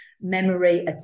memory